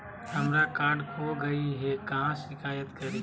हमरा कार्ड खो गई है, कहाँ शिकायत करी?